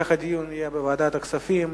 המשך הדיון יהיה בוועדת הכספים.